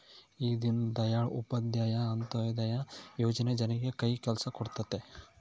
ಈ ದೀನ್ ದಯಾಳ್ ಉಪಾಧ್ಯಾಯ ಅಂತ್ಯೋದಯ ಯೋಜನೆ ಜನರಿಗೆ ಕೈ ಕೆಲ್ಸ ಕೊಡುತ್ತೆ